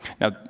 Now